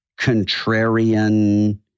contrarian